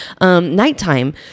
Nighttime